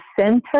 center